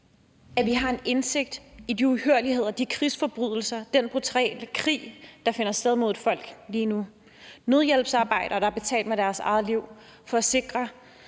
at vi har indsigt i de uhyrligheder, de krigsforbrydelser, den brutale krig, der finder sted mod et folk lige nu. Der er nødhjælpsarbejdere, der har betalt med deres eget liv for at sikre,